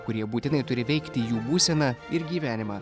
kurie būtinai turi veikti jų būseną ir gyvenimą